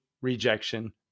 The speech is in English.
rejection